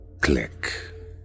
Click